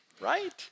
right